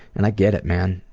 and i get it, man.